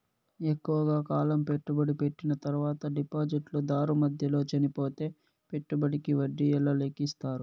ఎక్కువగా కాలం పెట్టుబడి పెట్టిన తర్వాత డిపాజిట్లు దారు మధ్యలో చనిపోతే పెట్టుబడికి వడ్డీ ఎలా లెక్కిస్తారు?